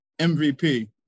MVP